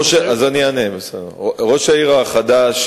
ראש העיר החדש,